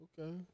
Okay